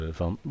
van